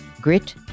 Grit